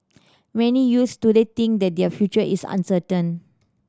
many youths today think that their future is uncertain